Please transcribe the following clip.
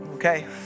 Okay